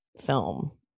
film